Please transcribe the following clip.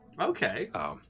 Okay